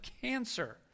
cancer